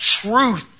truth